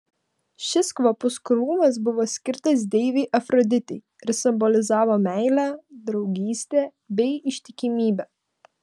šis kvapus krūmas buvo skirtas deivei afroditei ir simbolizavo meilę draugystę bei ištikimybę